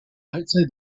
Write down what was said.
outside